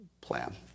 plan